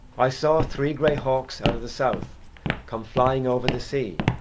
i saw three grey hawks out of the south come flying over the sea,